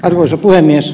arvoisa puhemies